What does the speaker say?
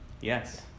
Yes